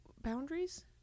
Boundaries